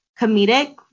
comedic